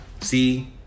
See